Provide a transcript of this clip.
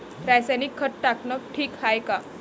रासायनिक खत टाकनं ठीक हाये का?